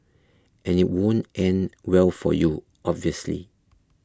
and it won't end well for you obviously